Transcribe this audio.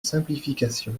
simplification